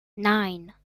nine